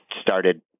started